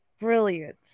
brilliant